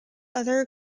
other